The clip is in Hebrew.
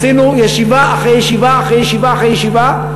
עשינו ישיבה אחרי ישיבה אחרי ישיבה אחרי ישיבה,